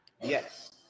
Yes